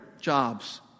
jobs